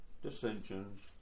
dissensions